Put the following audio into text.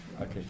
Okay